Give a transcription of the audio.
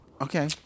okay